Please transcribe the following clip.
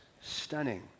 stunning